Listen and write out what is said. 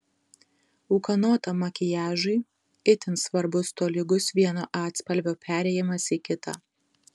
ūkanotam makiažui itin svarbus tolygus vieno atspalvio perėjimas į kitą